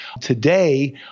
today